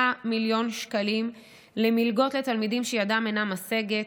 מיליון שקלים למלגות לתלמידים שידם אינה משגת.